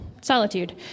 solitude